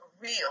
real